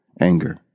anger